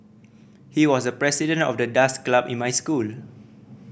he was the president of the dance club in my school